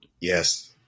Yes